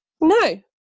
No